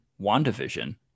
WandaVision